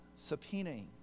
subpoenaing